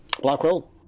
Blackwell